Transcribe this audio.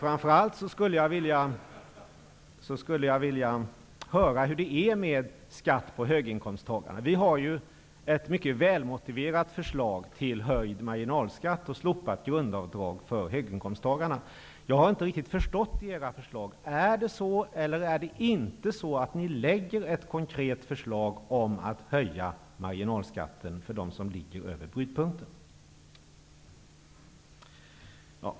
Framför allt skulle jag vilja höra hur det är med skattebördan på höginkomsttagarna. Vi har ju ett mycket välmotiverat förslag till höjning av marginalskatten och slopande av grundavdraget för höginkomsttagarna. Jag har inte riktigt förstått era förslag. Är det eller är det inte så att ni lägger fram ett konkret förslag om att höja marginalskatten för dem som ligger över brytpunkten?